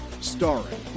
starring